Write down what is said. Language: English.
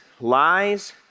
lies